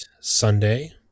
Sunday